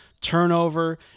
turnover